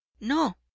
no